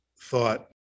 thought